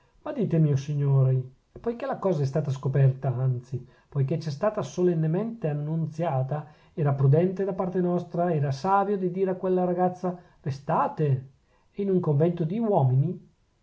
ma ditemi o signori poichè la cosa è stata scoperta anzi poichè c'è stata solennemente annunziata era prudente da parte nostra era savio di dire a quella ragazza restate e in un convento d'uomini di